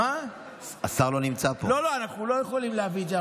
לא, לא, אנחנו לא יכולים להביא את זה.